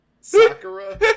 Sakura